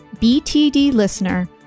BTDLISTENER